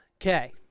Okay